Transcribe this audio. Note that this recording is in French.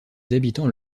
habitants